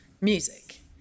Music